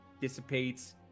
dissipates